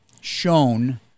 shown